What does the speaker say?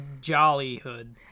Jollyhood